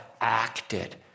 acted